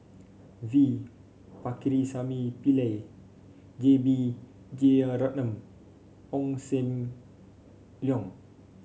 V Pakirisamy Pillai J B Jeyaretnam Ong Sam Leong